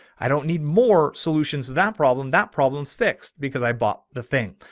i don't need more solutions to that problem. that problem is fixed because i bought the thing.